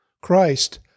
Christ